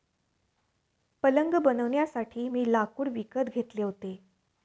पलंग बनवण्यासाठी मी लाकूड विकत घेतले होते